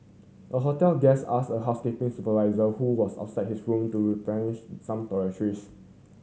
a hotel guest asked a housekeeping supervisor who was outside his room to replenish some toiletries